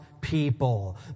people